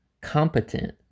competent